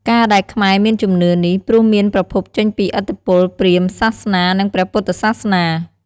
ការដែលខ្មែរមានជំនឿនេះ ព្រោះមានប្រភពចេញពីឥទ្ធិពលព្រហ្មញ្ញសាសនា និងព្រះពុទ្ធសាសនា។